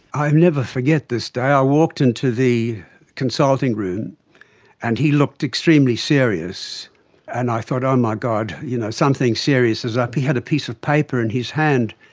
i'll never forget this day, i walked into the consulting room and he looked extremely serious and i thought um my god, you know something serious is up. he had a piece of paper in his hand,